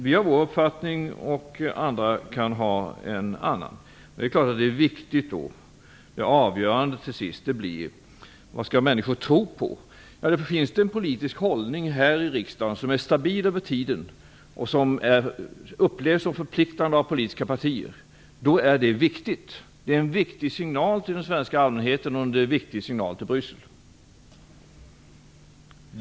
Vi har vår uppfattning och andra kan ha en annan uppfattning. Det avgörande blir då till sist: Vad skall människor tro på? Om det finns en politisk hållning här i riksdagen som är stabil över tiden och som upplevs som förpliktande av politiska partier är detta en viktig signal till den svenska allmänheten och till Bryssel.